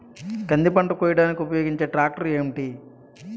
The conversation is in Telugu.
కంది పంట కోయడానికి ఉపయోగించే ట్రాక్టర్ ఏంటి?